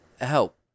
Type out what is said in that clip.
help